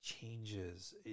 changes